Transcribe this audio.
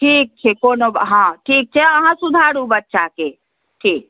ठीक छै कोनो हॅं ठीक छै अहाँ सुधारू बच्चा के ठीक